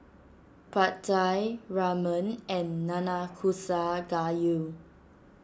Pad Thai Ramen and Nanakusa Gayu